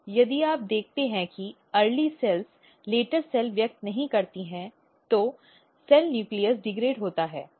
तो यदि आप देखते हैं कि प्रारंभिक कोशिकाएं लेटर सेल व्यक्त नहीं करती हैं तो कोशिका नाभिक डिग्रेड होता है